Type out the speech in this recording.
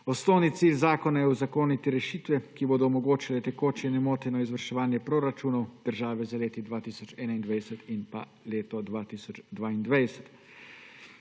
Osnovni cilj zakona je uzakoniti rešitve, ki bodo omogočale tekoče in nemoteno izvrševanje proračunov države za leti 2021 in 2022.